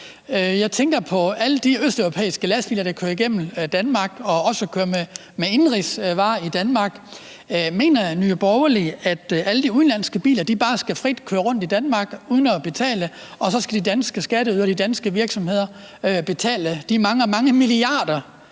Jeg tænker på alle de østeuropæiske lastbiler, der kører igennem Danmark og også kører med indenrigsvarer i Danmark. Mener Nye Borgerlige, at alle de udenlandske biler bare frit skal køre rundt i Danmark uden at betale, og så skal de danske skatteydere og de danske virksomheder betale de mange, mange milliarder